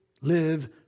live